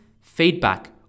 feedback